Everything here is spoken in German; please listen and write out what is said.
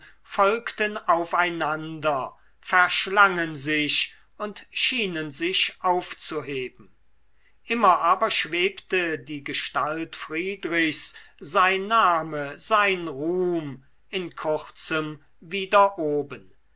folgten aufeinander verschlangen sich und schienen sich aufzuheben immer aber schwebte die gestalt friedrichs sein name sein ruhm in kurzem wieder oben